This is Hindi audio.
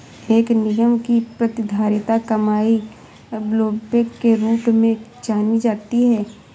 एक निगम की प्रतिधारित कमाई ब्लोबैक के रूप में भी जानी जाती है